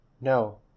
No